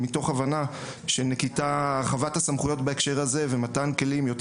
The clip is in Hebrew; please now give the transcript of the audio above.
מתוך הבנה שהרחבת הסמכויות בהקשר הזה ומתן כלים יותר